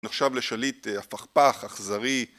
נחשב לשליט הפכפך, אכזרי